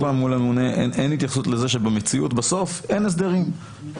אין התייחסות לכך שבמציאות בסוף אין הסדרים.